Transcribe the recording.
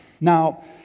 Now